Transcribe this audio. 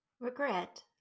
Regret